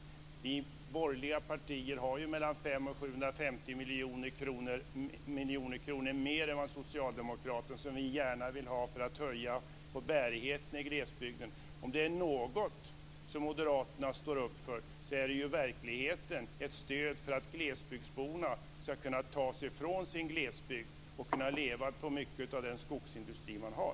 Vi borgerliga partier vill anslå mellan 500 och 750 miljoner kronor mera än vad socialdemokraterna anslår. Dessa pengar vill vi använda för att höja bärigheten i glesbygden. Om det är något som moderaterna står upp för, så är det verkligheten och ett stöd för att glesbygdsborna ska kunna ta sig ifrån sin glesbygd och leva på den skogsindustri som man har.